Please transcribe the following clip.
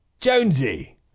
Jonesy